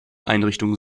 einrichtungen